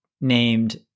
named